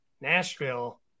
Nashville